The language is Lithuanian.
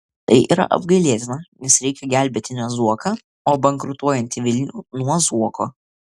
tai yra apgailėtina nes reikia gelbėti ne zuoką o bankrutuojantį vilnių nuo zuoko